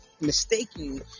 mistaking